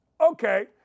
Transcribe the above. Okay